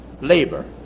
labor